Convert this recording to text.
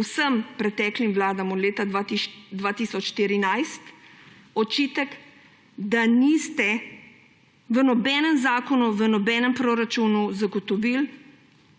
vsem preteklim vladam od leta 2014 očitek, da niste v nobenem zakonu, v nobenem proračunu zagotovili